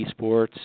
esports